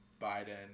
Biden